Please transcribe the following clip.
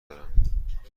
دارم